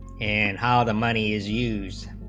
and how the money is used